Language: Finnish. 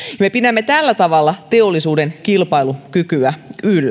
me pidämme tällä tavalla teollisuuden kilpailukykyä yllä